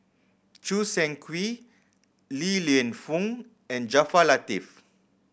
Choo Seng Quee Li Lienfung and Jaafar Latiff